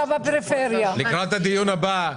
לקראת הדיון הבא,